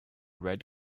red